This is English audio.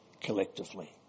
collectively